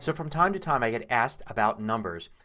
so from time to time i get asked about numbers,